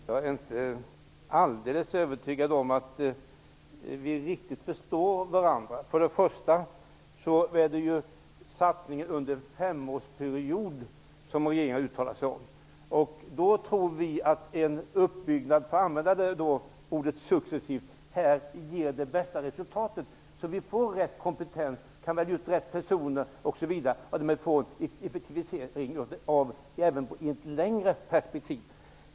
Herr talman! Jag är inte helt övertygad om att vi riktigt förstår varandra. Först och främst är det en satsning under en femårsperiod som regeringen har uttalat sig om. Vi tror att en ''successiv'' uppbyggnad här ger det bästa resultatet. Därmed får vi den rätta kompetensen. Det blir möjligt för oss att välja ut de rätta personerna osv. Det handlar också om en effektivisering i ett längre perspektiv.